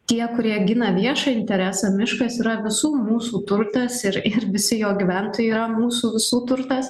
tie kurie gina viešą interesą miškas yra visų mūsų turtas ir ir visi jo gyventojai yra mūsų visų turtas